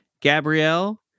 Gabrielle